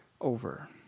over